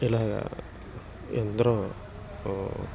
ఇలా ఎందరో